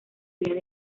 habían